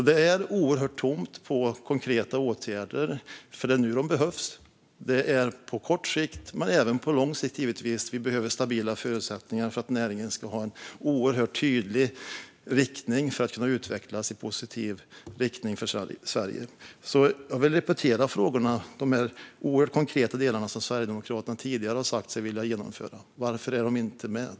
Det är alltså oerhört tomt i fråga om konkreta åtgärder. Det är nämligen nu de behövs. Vi behöver stabila förutsättningar på kort sikt, men givetvis även på lång sikt, för att näringen ska ha en oerhört tydlig riktning för att kunna utvecklas i en för Sverige positiv riktning. Jag vill repetera frågan om varför de oerhört konkreta delar som Sverigedemokraterna tidigare har sagt sig vilja genomföra inte är med.